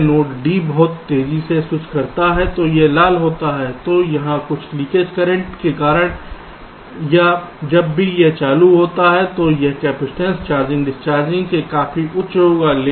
इसलिए यदि यह नोड d बहुत तेजी से स्विच करता है तो यह लाल होता है तो यहां कुछ लीकेज करंट के कारण या जब भी यह चालू होता है तो यह कैपेसिटेंस चार्जिंग डिस्चार्जिंग भी काफी उच्च होगा